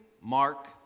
Mark